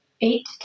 eight